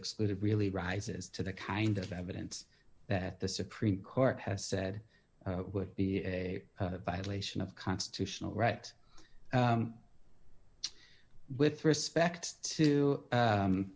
excluded really rises to the kind of evidence that the supreme court has said would be a violation of constitutional right with respect to